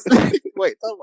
Wait